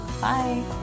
bye